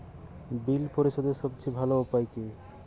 বিল পরিশোধের সবচেয়ে ভালো উপায় কী?